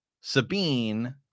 Sabine